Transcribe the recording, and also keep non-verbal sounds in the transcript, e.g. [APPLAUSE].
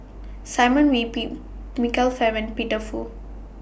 Simon Wee [UNINTELLIGIBLE] Michael Fam and Peter Fu